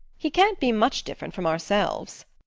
he can't be much different from ourselves.